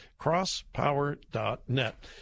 Crosspower.net